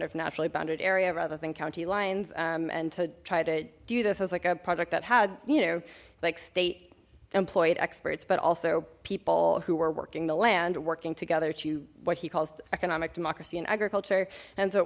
of naturally bounded area rather than county lines and to try to do this as like a project that had you know like state employed experts but also people who were working the land working together to what he calls economic democracy and agriculture and so it